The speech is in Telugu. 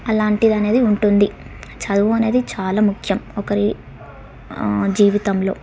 అలాంటిది అనేది ఉంటుంది చదువు అనేది చాలా ముఖ్యం ఒకరి జీవితంలో